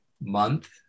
month